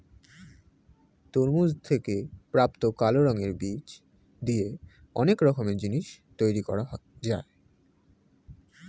তরমুজ থেকে প্রাপ্ত কালো রঙের বীজ দিয়ে অনেক রকমের জিনিস তৈরি করা যায়